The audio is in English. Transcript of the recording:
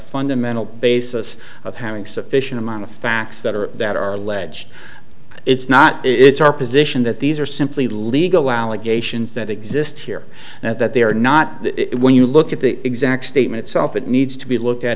fundamental basis of having sufficient amount of facts that are that are alleged it's not it's our position that these are simply legal allegations that exist here and that they are not it when you look at the exact statement itself it needs to be looked at